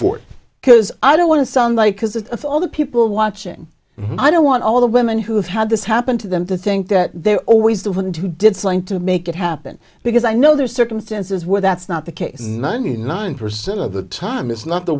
because i don't want to sound like because of all the people watching i don't want all the women who have had this happen to them to think that they're always the one who did something to make it happen because i know there are circumstances where that's not the case ninety nine percent of the time it's not the